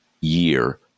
year